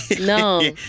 No